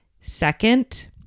Second